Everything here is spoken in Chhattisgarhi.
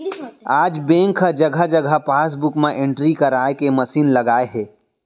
आज बेंक ह जघा जघा पासबूक म एंटरी कराए के मसीन लगाए हे